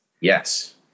yes